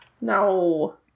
no